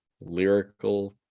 Lyrical